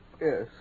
Yes